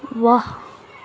ਵਾਹ